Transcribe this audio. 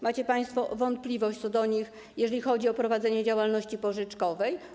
Macie państwo wątpliwość co do nich, jeżeli chodzi o prowadzenie działalności pożyczkowej?